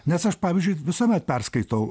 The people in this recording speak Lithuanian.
nes aš pavyzdžiui visuomet perskaitau